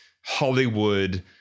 hollywood